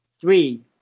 Three